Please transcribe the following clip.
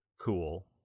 cool